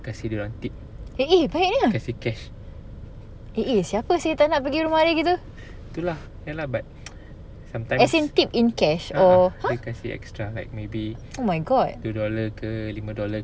kasih dia orang tip kasih cash ya lah but sometimes a'ah dia kasih extra like maybe two dollar ke lima dollar